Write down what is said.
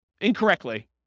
incorrectly